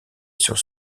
sur